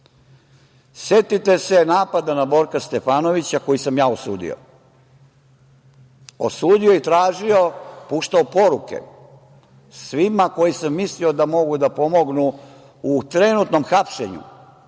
se napada na Borka Stefanovića koji sam ja osudio, osudio i tražio, puštao poruke svima za koje sam mislio da mogu da pomognu u trenutnom hapšenju